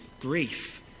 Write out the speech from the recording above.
grief